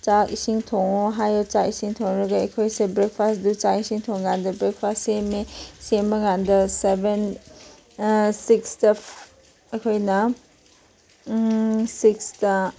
ꯆꯥꯛ ꯏꯁꯤꯡ ꯊꯣꯡꯉꯒ ꯍꯥꯎꯅ ꯆꯥꯛ ꯏꯁꯤꯡ ꯊꯣꯡꯂꯒ ꯑꯩꯈꯣꯏꯁꯦ ꯕ꯭ꯔꯦꯛꯐꯥꯁꯇꯨ ꯆꯥꯛ ꯏꯁꯤꯡ ꯊꯣꯡꯂ ꯀꯥꯟꯗ ꯕ꯭ꯔꯦꯛꯐꯥꯁ ꯁꯦꯝꯃꯦ ꯁꯦꯝꯂ ꯀꯥꯟꯗ ꯁꯕꯦꯟ ꯁꯤꯛꯁꯇ ꯑꯩꯈꯣꯏꯅ ꯁꯤꯛꯁꯇ